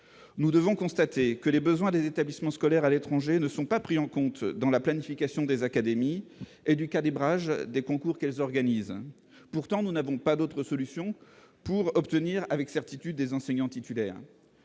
nous devons constater que les besoins des établissements scolaires à l'étranger ne sont pas pris en compte dans la planification des académies et du calibrage des concours qu'elles organisent pourtant nous n'avons pas d'autre solution pour obtenir avec certitude des enseignants titulaires,